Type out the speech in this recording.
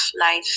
life